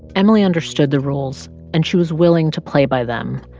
emily understood the rules. and she was willing to play by them.